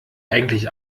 eigentlich